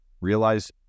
realize